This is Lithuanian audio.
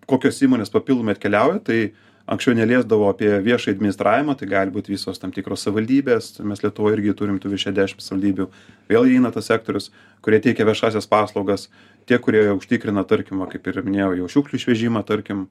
kokios įmonės papildomai atkeliauja tai anksčiau neliesdavo apie viešą administravimą tai gali būt visos tam tikros savivaldybės mes lietuvoje irgi turime tų virš šešiasdešim savivaldybių vėl įeina tas sektorius kurie teikia viešąsias paslaugas tie kurie užtikrina tarkim kaip va ir minėjau jau šiukšlių išvežimą tarkim